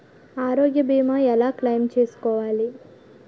ఆరోగ్య భీమా ఎలా క్లైమ్ చేసుకోవాలి?